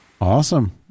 Awesome